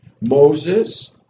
Moses